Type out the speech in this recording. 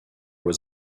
was